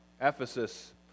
Ephesus